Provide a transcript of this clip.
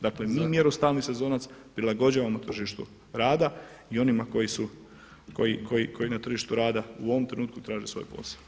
Dakle mi mjeru stalni sezonac prilagođavamo tržištu rada i onima koji su na tržištu rada u ovom trenutku traže svoj posao.